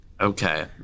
Okay